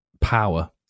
power